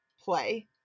play